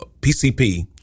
PCP